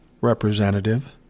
representative